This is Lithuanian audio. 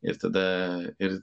ir tada ir